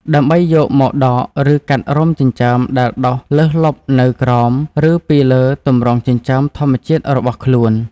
ដើម្បីយកមកដក ឬកាត់រោមចិញ្ចើមដែលដុះលើសលប់នៅក្រោម ឬពីលើទម្រង់ចិញ្ចើមធម្មជាតិរបស់ខ្លួន។